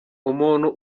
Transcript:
umuntu